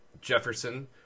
Jefferson